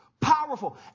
Powerful